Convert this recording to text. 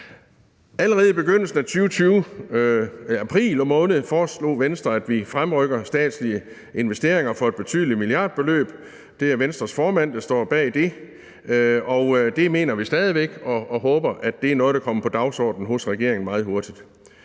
Allerede i begyndelsen af 2020 i april måned foreslog Venstre, at vi fremrykkede statslige investeringer for et betydeligt milliardbeløb. Det er Venstres formand, der står bag det, og det mener vi stadig væk, og vi håber, at det er noget, der kommer på dagsordenen hos regeringen meget hurtigt.